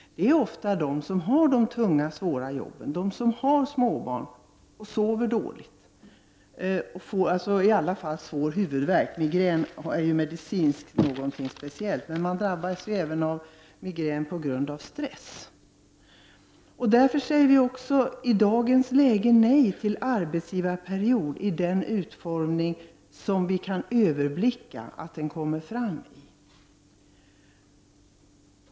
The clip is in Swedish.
Det är ofta de som har de tunga och svåra jobben, som har småbarn och sover dåligt. De får i alla fall svår huvudvärk — migrän är ju medicinskt något speciellt. Men man drabbas av migrän även på grund avstress. Därför säger vi i dagens läge nej till arbetsgivarperiod i den utformning som vi kan överblicka att den kommer att få.